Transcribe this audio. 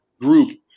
group